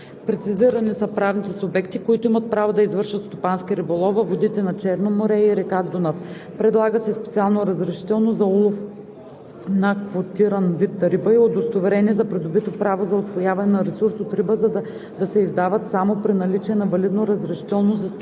Прецизирани са правните субекти, които имат право да извършват стопански риболов във водите на Черно море и река Дунав. Предлага се специално разрешително за улов на квотиран вид риба и удостоверение за придобито право за усвояване на ресурс от риба да се издават само при наличие на валидно разрешително за стопански